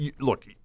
Look